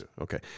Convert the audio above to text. Okay